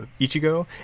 Ichigo